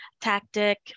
tactic